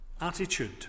attitude